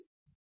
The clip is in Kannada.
ಪ್ರೊಫೆಸರ್